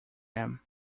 him